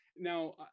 Now